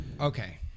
Okay